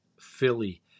Philly